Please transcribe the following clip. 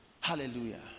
Hallelujah